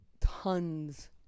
Tons